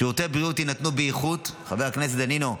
כי שירותי בריאות יינתנו באיכות, חבר הכנסת דנינו,